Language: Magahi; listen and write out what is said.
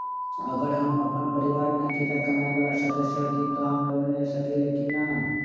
अगर हम अपन परिवार में अकेला कमाये वाला सदस्य हती त हम लोन ले सकेली की न?